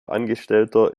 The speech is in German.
angestellter